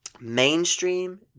Mainstream